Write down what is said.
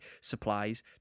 supplies